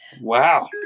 Wow